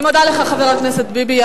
אני מודה לך, חבר הכנסת ביבי.